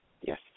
Yes